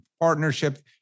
partnership